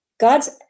God's